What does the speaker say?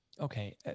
Okay